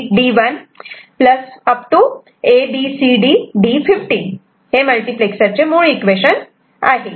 D15 हे मल्टिप्लेक्सरर्चे मुळ इक्वेशन आहे